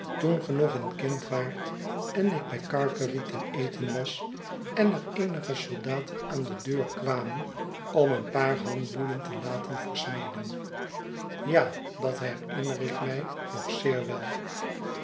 ge nog een kind waart en ik bij gargery ten eten was en er eenige soldaten aan de deur kwamen om een paar handboeien te laten versmeden ja dat herinner ik mij nog zeer wel